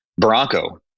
Bronco